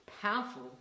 powerful